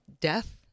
Death